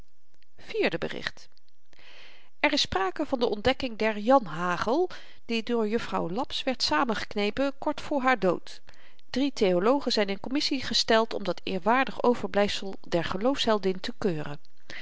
vierde bericht er is sprake van de ontdekking der janhagel die door juffrouw laps werd saamgeknepen kort voor haar dood drie theologen zyn in kommissie gesteld om dat eerwaardig overblyfsel der geloofsheldin te keuren